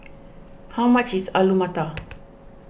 how much is Alu Matar